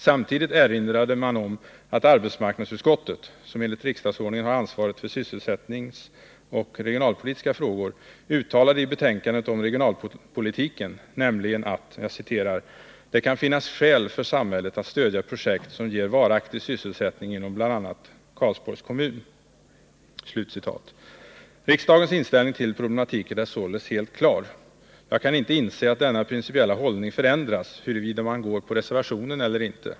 Samtidigt erinrade man om vad arbetsmarknadsutskottet — som enligt riksdagsordningen har ansvaret för sysselsättningsfrågorna och de regionalpolitiska spörsmålen — uttalade i betänkandet om regionalpolitiken, nämligen att ”det kan finnas skäl för samhället att stödja projekt som ger varaktig sysselsättning inom bl.a. Karlsborgs kommun”. Riksdagens inställning till problematiken är således helt klar. Jag kan inte inse att denna principiella hållning förändras beroende på om man stödjer reservationen eller inte.